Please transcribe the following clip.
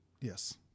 Yes